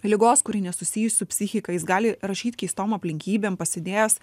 ligos kuri nesusijus su psichika jis gali rašyt keistom aplinkybėm pasidėjęs